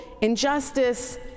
injustice